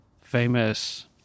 famous